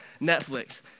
Netflix